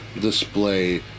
display